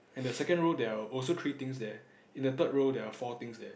and the second row there are also three things there in the third row there are four things there